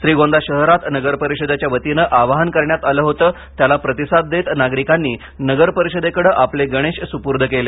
श्रीगोंदा शहरात नगरपरिषदेच्या वतीने आवाहन करण्यात आले होते त्याला प्रतिसाद देत नागरिकांनी नगरपरिषदेकडे आपले गणेश सुपूर्द केले